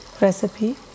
recipe